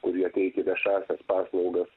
kurie teikia viešąsias paslaugas